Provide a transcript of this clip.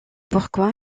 pourquoi